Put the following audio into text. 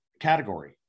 category